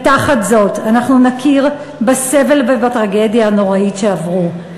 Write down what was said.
ותחת זאת אנחנו נכיר בסבל ובטרגדיה הנוראית שעברו.